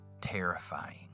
terrifying